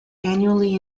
annually